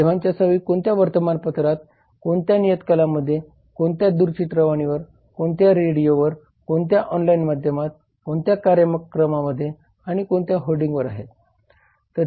माध्यमांच्या सवयी कोणत्या वर्तमानपत्रात कोणत्या नियतकालिकांमध्ये कोणत्या दूरचित्रवाणीवर कोणत्या रेडिओवर कोणत्या ऑनलाईन माध्यमात कोणत्या कार्यक्रमांमध्ये आणि कोणत्या होर्डिंगवर आहेत